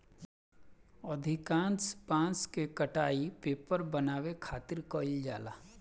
अधिकांश बांस के कटाई पेपर बनावे खातिर कईल जाला